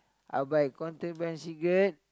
I will buy contraband cigarette